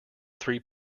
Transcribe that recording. three